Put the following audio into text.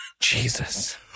Jesus